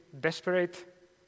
Desperate